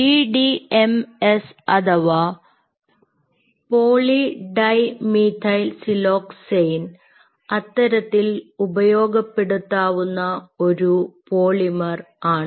P D M S അഥവാ polydimethylsiloxane അത്തരത്തിൽ ഉപയോഗപ്പെടുത്താവുന്ന ഒരു പോളിമർ ആണ്